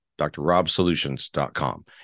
drrobsolutions.com